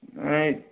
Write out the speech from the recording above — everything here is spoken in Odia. ନାହିଁ